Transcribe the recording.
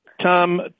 Tom